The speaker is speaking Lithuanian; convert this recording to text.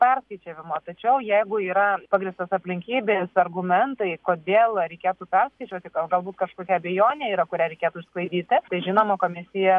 perskaičiavimo tačiau jeigu yra pagrįstos aplinkybės argumentai kodėl reikėtų perskaičiuoti galbūt kažkokia abejonė yra kurią reikėtų išsklaidyti tai žinoma komisija